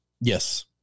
Yes